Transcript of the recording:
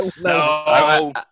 No